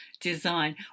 Design